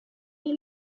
die